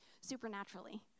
supernaturally